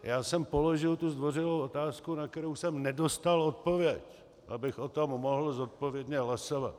Já jsem položil tu zdvořilou otázku, na kterou jsem nedostal odpověď, abych o tom mohl zodpovědně hlasovat.